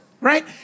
right